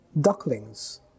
ducklings